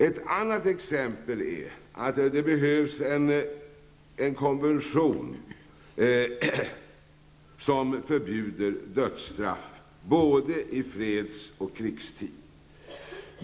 Ett annat exempel är att det behövs en konvention som förbjuder dödsstraff både i freds och i krigstid.